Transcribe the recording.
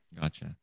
gotcha